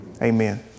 Amen